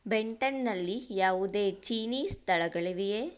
ಬೆಂಟನ್ನಲ್ಲಿ ಯಾವುದೇ ಚೀನೀ ಸ್ಥಳಗಳಿವೆಯೇ